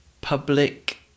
public